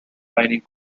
mining